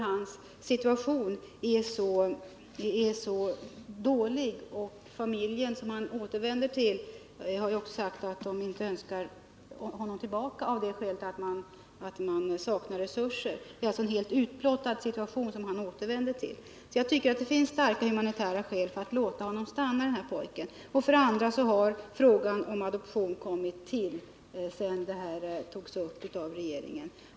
Hans situation är så dålig, och den familj som han återvänder till har förklarat att den inte önskar honom tillbaka, eftersom resurser saknas. Han återvänder alltså till en helt utblottad situation. Det finns starka humanitära skäl för att låta denne pojke stanna. För det andra har frågan om adoption kommit till sedan ärendet behandlades av regeringen.